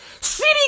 City